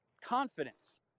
confidence